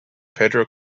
pedro